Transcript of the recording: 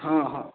हँ हँ